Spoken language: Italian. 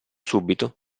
subito